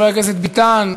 חבר הכנסת ביטן.